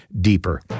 deeper